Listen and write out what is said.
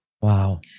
Wow